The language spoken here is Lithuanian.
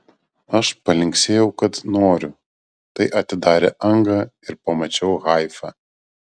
aš palinksėjau kad noriu tai atidarė angą ir pamačiau haifą